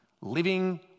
living